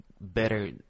better